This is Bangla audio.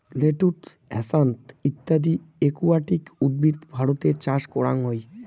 লেটুস, হ্যাসান্থ ইত্যদি একুয়াটিক উদ্ভিদ ভারতে চাষ করাং হই